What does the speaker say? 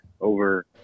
over